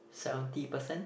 seventy percent